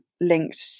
linked